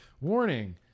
Warning